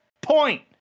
point